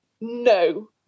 No